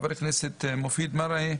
חבר הכנסת מופיד מרעי,